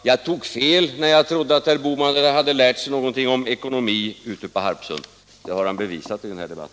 Jag tog fel när jag trodde att herr Bohman hade lärt sig någonting om ekonomi ute på Harpsund. Det har han bevisat i denna debatt.